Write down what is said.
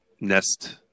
Nest